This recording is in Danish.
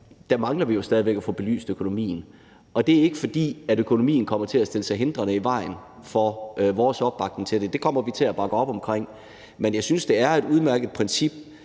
mangler vi jo stadig væk at få belyst økonomien. Det er ikke, fordi økonomien kommer til at stille sig hindrende i vejen for vores opbakning til det. Vi kommer til at bakke op om det. Men jeg synes, det er et udmærket princip,